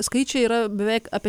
skaičiai yra beveik apie